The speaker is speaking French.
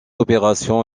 opération